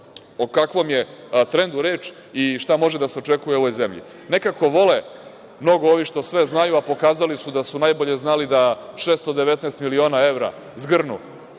o kakvom je trendu reč i šta može da se očekuje u ovoj zemlji. Nekako vole, mnogo vole ovi što sve znaju, a pokazali su da su najbolje znali da 619 miliona evra zgrnu,